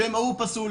שמא הוא פסול.